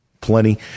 plenty